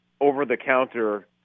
over-the-counter